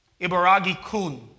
Ibaragi-kun